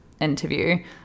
interview